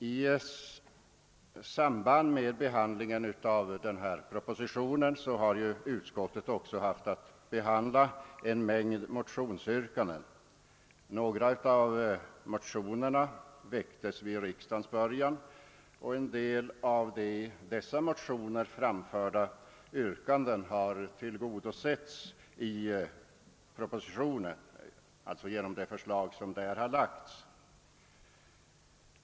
I samband med behandlingen av förevarande proposition har utskottet haft att behandla ett stort antal motioner, av vilka några har väckts vid riksdagens början. En del av de yrkanden som framställts i dessa motioner har redan tillgodosetts genom vad som föreslagits i propositionen.